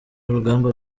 urugamba